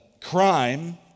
crime